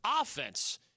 offense